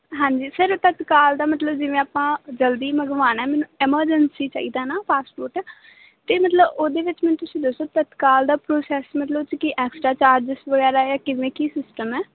ਹਾਂਜੀ ਸਰ ਤਤਕਾਲ ਦਾ ਮਤਲਬ ਜਿਵੇਂ ਆਪਾਂ ਜਲਦੀ ਮੰਗਵਾਉਣਾ ਮੈਨੂੰ ਐਮਰਜੰਸੀ ਚਾਹੀਦਾ ਨਾ ਪਾਸਪੋਰਟ ਅਤੇ ਮਤਲਬ ਉਹਦੇ ਵਿੱਚ ਮੈਨੂੰ ਤੁਸੀਂ ਦੱਸੋ ਤਤਕਾਲ ਦਾ ਪ੍ਰੋਸੈਸ ਮਤਲਬ ਉਹ 'ਚ ਕਿ ਐਕਸਟਰਾ ਚਾਰਜਸ ਵਗੈਰਾ ਜਾਂ ਕਿਵੇਂ ਕੀ ਸਿਸਟਮ ਹੈ